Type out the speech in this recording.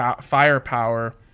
firepower